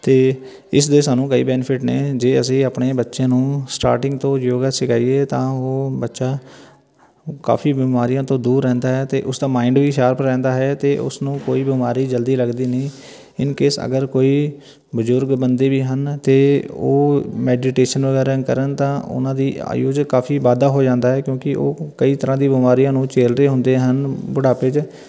ਅਤੇ ਇਸ ਦੇ ਸਾਨੂੰ ਕਈ ਬੈਨਫਿਟ ਨੇ ਜੇ ਅਸੀਂ ਆਪਣੇ ਬੱਚਿਆਂ ਨੂੰ ਸਟਾਰਟਿੰਗ ਤੋਂ ਯੋਗਾ ਸਿਖਾਈਏ ਤਾਂ ਉਹ ਬੱਚਾ ਕਾਫੀ ਬਿਮਾਰੀਆਂ ਤੋਂ ਦੂਰ ਰਹਿੰਦਾ ਹੈ ਅਤੇ ਉਸਦਾ ਮਾਈਂਡ ਵੀ ਸ਼ਾਰਪ ਰਹਿੰਦਾ ਹੈ ਅਤੇ ਉਸਨੂੰ ਕੋਈ ਬਿਮਾਰੀ ਜਲਦੀ ਲੱਗਦੀ ਨਹੀਂ ਇਨ ਕੇਸ ਅਗਰ ਕੋਈ ਬਜ਼ੁਰਗ ਬੰਦੇ ਵੀ ਹਨ ਅਤੇ ਉਹ ਮੈਡੀਟੇਸ਼ਨ ਵਗੈਰਾ ਕਰਨ ਤਾਂ ਉਹਨਾਂ ਦੀ ਆਯੂ 'ਚ ਕਾਫੀ ਵਾਧਾ ਹੋ ਜਾਂਦਾ ਹੈ ਕਿਉਂਕਿ ਉਹ ਕਈ ਤਰ੍ਹਾਂ ਦੀ ਬਿਮਾਰੀ ਨੂੰ ਝੇਲਦੇ ਹੁੰਦੇ ਹਨ ਬੁਢਾਪੇ 'ਚ